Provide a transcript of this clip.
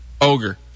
Ogre